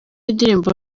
indirimbo